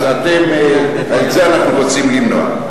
את זה אנחנו רוצים למנוע.